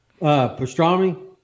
Pastrami